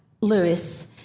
Lewis